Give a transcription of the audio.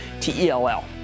T-E-L-L